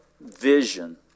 vision